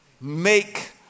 make